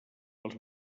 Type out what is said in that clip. els